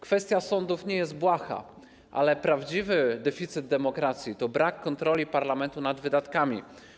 Kwestia sądów nie jest błaha, ale prawdziwy deficyt demokracji to brak kontroli parlamentu nad wydatkami.